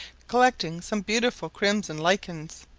collecting some beautiful crimson lichens,